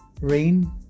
rain